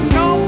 no